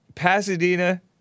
Pasadena